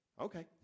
Okay